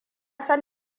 son